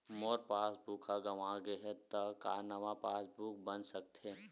मोर passbook ह गंवा गे हे त का नवा पास बुक बन सकथे?